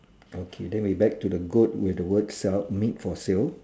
okay then we back to the goat with word sell meat for sale